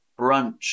brunch